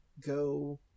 go